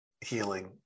healing